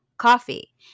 Coffee